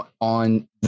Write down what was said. on